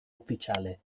ufficiale